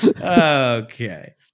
Okay